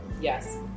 Yes